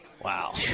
Wow